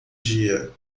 dia